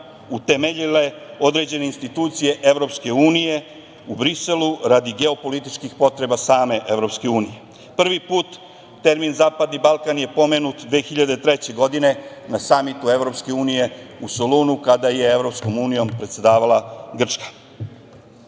utemeljile određene institucije Evropske unije u Briselu radi geopolitičkih potreba same Evropske unije. Prvi put termin Zapadni Balkan je pomenut 2003. godine na Samitu Evropske unije u Solunu, kada je Evropskom unijom predsedavala Grčka. Sam